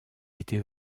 était